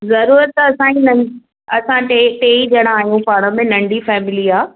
ज़रूरत असांखे नन असां टे टे ई ॼणा आहियूं पाण में नंढी फैमिली आहे